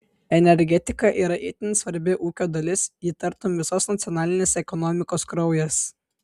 energetika yra itin svarbi ūkio dalis ji tartum visos nacionalinės ekonomikos kraujas